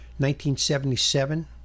1977